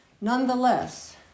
Nonetheless